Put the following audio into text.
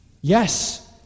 Yes